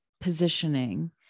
positioning